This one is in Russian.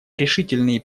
решительные